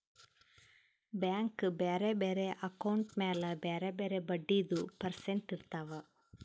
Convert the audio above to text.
bank ಬ್ಯಾರೆ ಬ್ಯಾರೆ account ಮ್ಯಾಲ ಬ್ಯಾರೆ ಬ್ಯಾರೆ ಬಡ್ಡಿದು ಪರ್ಸೆಂಟ್ ಇರ್ತಾವ್